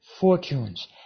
fortunes